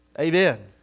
Amen